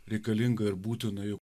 reikalinga ir būtina jau